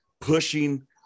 pushing